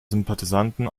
sympathisanten